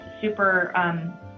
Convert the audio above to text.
super